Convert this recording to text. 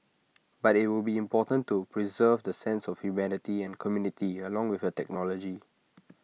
but IT will be important to preserve the sense of humanity and community along with the technology